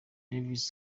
david